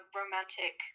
romantic